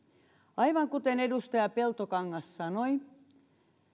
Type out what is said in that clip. aivan kuten edustaja peltokangas sanoi